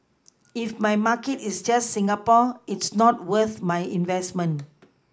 if my market is just Singapore it's not worth my investment